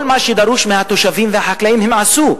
כל מה שדרוש מהתושבים ומהחקלאים הם עשו.